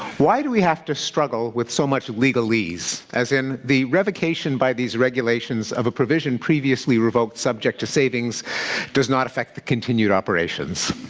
why do we have to struggle with so much legalese? as in, the revocation by these regulations of a provision previously revoked subject to savings does not affect the continued operations.